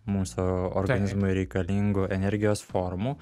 mūsų organizmui reikalingų energijos formų